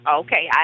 okay